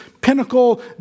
pinnacle